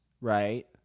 right